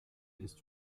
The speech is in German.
ist